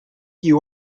you